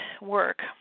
work